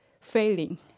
failing